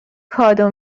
کادو